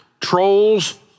Trolls